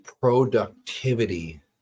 Productivity